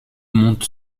montent